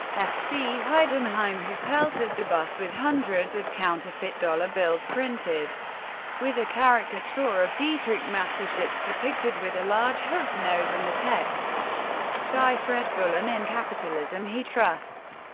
fc heidenheim who pelted the bus with hundreds of counterfeit dollar bills printed with a caricature of dietrich mateschitz depicted with a large hooked nose and the text scheiss red bull and in capitalism he trusts.